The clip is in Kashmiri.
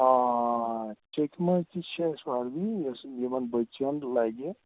آ ٹیکما تہِ چھےٚ اَسہِ وَردی یۄس یِمَن بٕچییَن لَگہِ